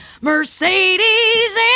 Mercedes